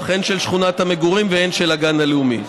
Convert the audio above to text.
הן של שכונת המגורים והן של הגן הלאומי.